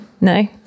No